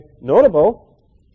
notable